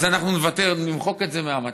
אנחנו נוותר, נמחק את זה מהמצע,